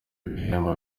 ibihembo